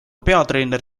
peatreener